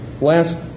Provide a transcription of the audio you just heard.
last